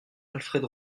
alfred